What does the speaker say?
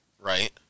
right